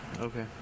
Okay